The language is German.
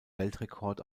weltrekord